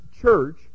church